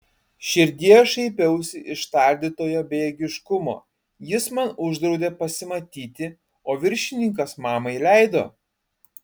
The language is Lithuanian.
širdyje šaipiausi iš tardytojo bejėgiškumo jis man uždraudė pasimatyti o viršininkas mamai leido